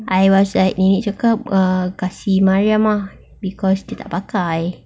I was like nenek cakap kasih mariam ah because dia tak pakai